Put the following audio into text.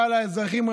רע לאזרחים,